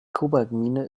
kobaltmine